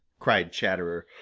cried chatterer.